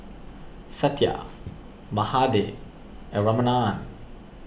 Satya Mahade and Ramanand